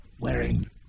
wearing